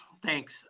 Thanks